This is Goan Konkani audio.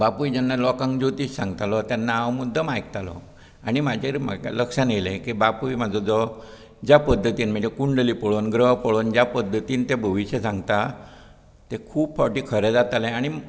बापूय जेन्ना लोकांक ज्योतीश सांगतालो तेन्ना हांव मुद्दाम आयकतालो आनी म्हाजेर म्हाका लक्षांत आयले की बापूय म्हजो जो ज्या पध्दतीन म्हणजे कुंडली पळोवन ग्रह पळोवन ज्या पध्दतीन भविश्य सांगता तें खूब फावटी खरें जातालें आनी